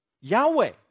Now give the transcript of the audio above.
Yahweh